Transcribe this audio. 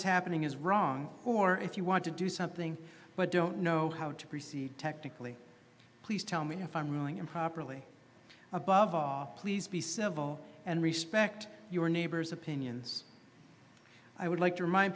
is happening is wrong or if you want to do something but don't know how to proceed technically please tell me if i'm ruling improperly above all please be civil and respect your neighbors opinions i would like to remind